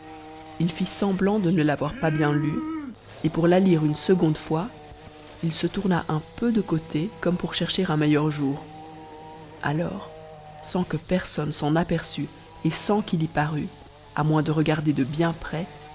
il fit sembtaat de ne l'avoir pas bien lue et pour la lire une seconde fois il se tourna um peu de côté comme pour chercher un meilleur jour alors sans que personne s'en aperçût et sans qu'il y parût à moins de regarder de b'm près